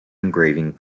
engraving